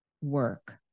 work